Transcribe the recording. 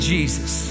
Jesus